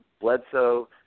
Bledsoe